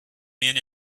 men